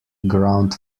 ground